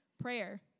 prayer